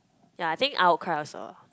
yea I think I will cry also